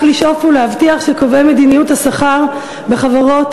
וכך לשאוף ולהבטיח שקובעי מדיניות השכר בחברות